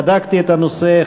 בדקתי את הנושא,